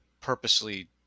purposely